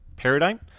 paradigm